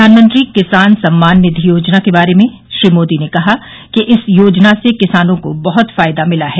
प्रधानमंत्री किसान सम्मान निधि योजना के बारे में श्री मोदी ने कहा कि इस योजना से किसानों को बहुत फायदा मिला है